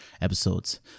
episodes